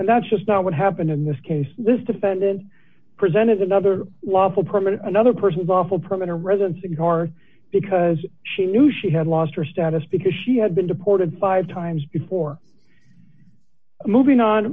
and that's just not what happened in this case this defendant presented another lawful permanent another person's awful permanent residence a car because she knew she had lost her status because she had been deported five times before moving on